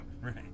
Right